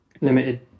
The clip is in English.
limited